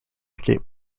skate